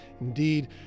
Indeed